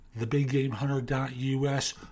TheBigGameHunter.us